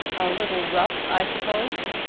a little rough i suppose?